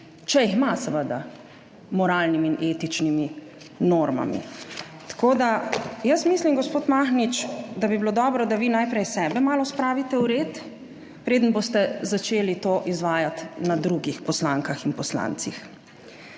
če jih ima seveda, moralnimi in etičnimi normami. Tako da jaz mislim, gospod Mahnič, da bi bilo dobro, da vi najprej sebe malo spravite v red, preden boste začeli to izvajati na drugih poslankah in poslancih.